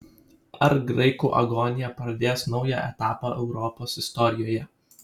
ar graikų agonija pradės naują etapą europos istorijoje